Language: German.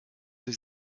sie